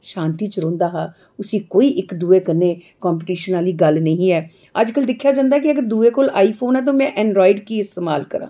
शांति च रौंह्दा हा उसी कोई इक दूए कन्नै कंपीटिशन आह्ली गल्ल निं ऐ अज्जकल दिक्खेआ जंदा के अगर दूए कोल आईफोन ऐ ते में एंड्रायड की इस्तमाल करां